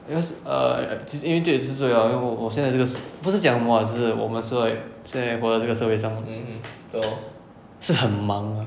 because err 因为你也是对啊我我现在不是讲我是我们是 like 现在活在这个社会上是很忙 ah